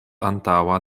antaŭa